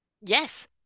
yes